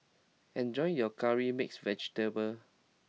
enjoy your Curry Mixed Vegetable